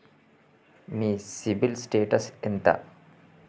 మీ CIBIL status ఎంత?